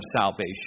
salvation